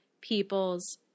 people's